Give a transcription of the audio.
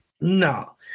No